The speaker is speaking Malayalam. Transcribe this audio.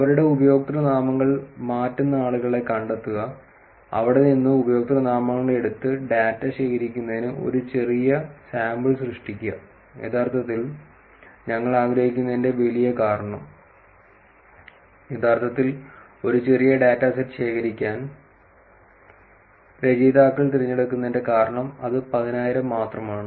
അവരുടെ ഉപയോക്തൃനാമങ്ങൾ മാറ്റുന്ന ആളുകളെ കണ്ടെത്തുക അവിടെ നിന്ന് ഉപയോക്തൃനാമങ്ങൾ എടുത്ത് ഡാറ്റ ശേഖരിക്കുന്നതിന് ഒരു ചെറിയ സാമ്പിൾ സൃഷ്ടിക്കുക യഥാർത്ഥത്തിൽ ഞങ്ങൾ ആഗ്രഹിക്കുന്നതിന്റെ വലിയ കാരണം യഥാർത്ഥത്തിൽ ഒരു ചെറിയ ഡാറ്റ സെറ്റ് ശേഖരിക്കാൻ രചയിതാക്കൾ തിരഞ്ഞെടുക്കുന്നതിന്റെ കാരണം അത് 10000 മാത്രമാണ്